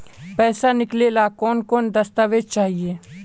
पैसा निकले ला कौन कौन दस्तावेज चाहिए?